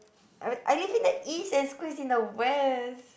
I I live in the East and school is in the West